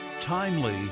timely